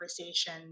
conversation